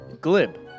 Glib